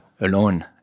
alone